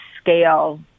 scale